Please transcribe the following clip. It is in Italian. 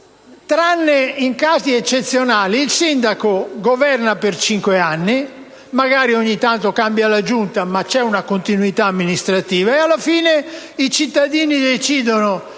tranne in casi eccezionali, il Sindaco governa per cinque anni; magari ogni tanto cambia la Giunta, ma c'è una continuità amministrativa; alla fine i cittadini decidono